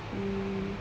he